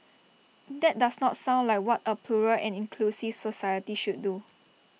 that does not sound like what A plural and inclusive society should do